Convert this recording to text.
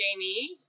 Jamie